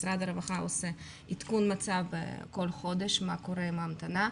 משרד הרווחה עושה עדכון מצב כל חודש מה קורה עם ההמתנה.